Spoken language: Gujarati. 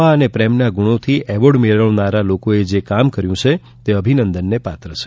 દયા અનુકંપા પ્રેમના ગુણોથી આજે એવોર્ડ મેળવનારા લોકોએ કાર્ય કર્યું છે તે અભિનંદનને પાત્ર છે